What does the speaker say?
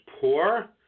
poor